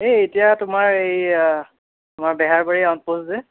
এই এতিয়া তোমাৰ এইয়া তোমাৰ বেহাৰবাৰী আউটপোষ্ট যে